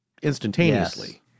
instantaneously